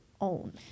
own